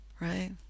Right